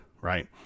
right